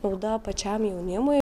nauda pačiam jaunimui